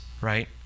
right